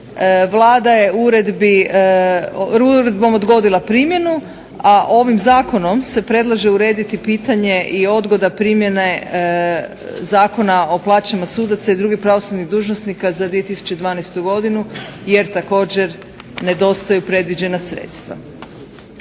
Vlada je uredbom odgodila primjenu, a ovim zakonom se predlaže urediti pitanje i odgoda primjene Zakona o plaćama sudaca i drugih pravosudnih dužnosnika za 2012. godinu jer također nedostaju predviđena sredstva.